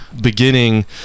beginning